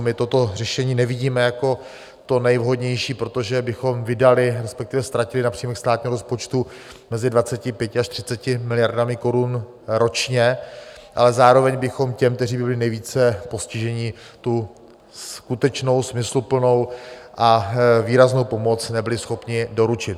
My toto řešení nevidíme jako to nejvhodnější, protože bychom vydali, respektive ztratili na příjmech státního rozpočtu mezi 25 až 30 miliardami korun ročně, ale zároveň bychom těm, kteří by byli nejvíce postiženi, skutečnou smysluplnou a výraznou pomoc nebyli schopni doručit.